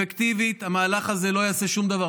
אפקטיבית, המהלך הזה לא יעשה שום דבר.